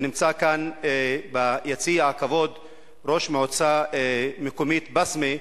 ונמצא כאן ביציע הכבוד ראש מועצה מקומית בסמה,